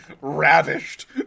ravished